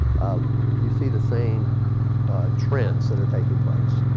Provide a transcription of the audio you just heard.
um you see the same trends that are taking place.